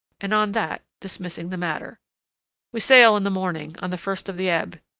and on that, dismissing the matter we sail in the morning, on the first of the ebb,